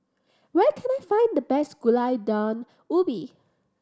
where can I find the best Gulai Daun Ubi